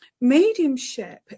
Mediumship